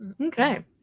Okay